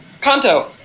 Kanto